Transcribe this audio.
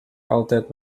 altijd